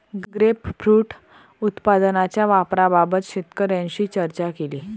grapefruit उत्पादनाच्या वापराबाबत शेतकऱ्यांशी चर्चा केली